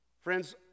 Friends